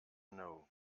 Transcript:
know